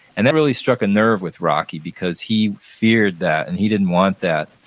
and that really struck a nerve with rocky because he feared that, and he didn't want that.